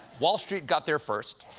wall street got there first.